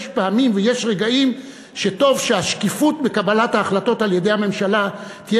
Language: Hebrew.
פעמים ויש רגעים שטוב שהשקיפות בקבלת ההחלטות על-ידי הממשלה תהיה